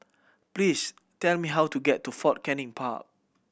please tell me how to get to Fort Canning Park